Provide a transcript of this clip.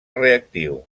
reactiu